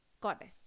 Goddess